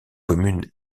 commune